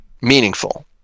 meaningful